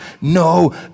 no